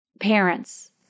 parents